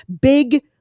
big